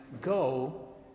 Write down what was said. go